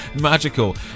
magical